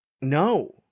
No